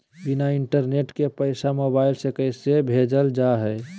बिना इंटरनेट के पैसा मोबाइल से कैसे भेजल जा है?